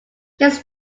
this